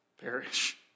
perish